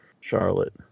Charlotte